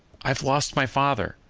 i have lost my father,